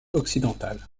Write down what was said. occidental